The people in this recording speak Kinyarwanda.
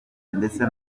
ndetse